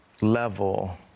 level